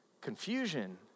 confusion